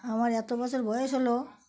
আমার এত বছর বয়স হলো